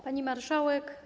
Pani Marszałek!